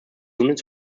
units